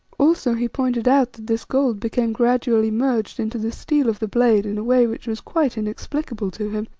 also he pointed out that this gold became gradually merged into the steel of the blade in a way which was quite inexplicable to him,